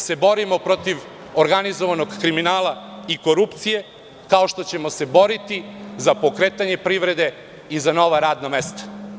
Istom snagom se borimo protiv organizovanog kriminala i korupcije, kao što ćemo se boriti za pokretanje privrede i za nova radna mesta.